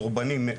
דורבנים,